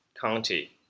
County